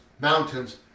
mountains